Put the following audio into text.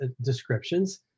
descriptions